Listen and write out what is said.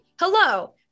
Hello